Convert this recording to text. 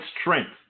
strength